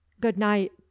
good-night